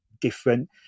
different